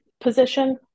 position